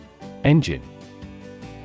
Engine